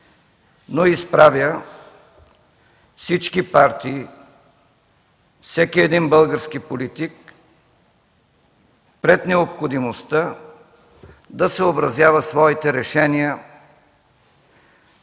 но изправя всички партии, всеки един български политик пред необходимостта да съобразява своите решения